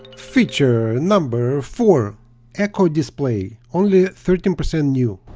feature number four eco display only thirteen percent knew,